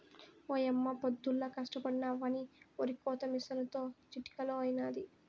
ఓయమ్మ పొద్దుల్లా కష్టపడినా అవ్వని ఒరికోత మిసనుతో చిటికలో అయినాది